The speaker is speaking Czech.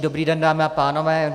Dobrý den, dámy a pánové.